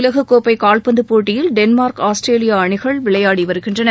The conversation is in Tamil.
உலகக்கோப்பை கால்பந்து போட்டியில் டென்மார்க் ஆஸ்திரேலியா அணிகள் விளையாடி வருகின்றன